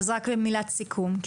כן, מילת סיכום.